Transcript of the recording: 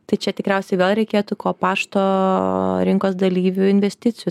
tai čia tikriausiai vėl reikėtų ko pašto rinkos dalyvių investicijų